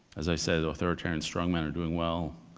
as i said, the authoritarian strongmen are doing well.